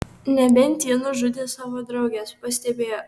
nebent ji nužudė savo drauges pastebėjo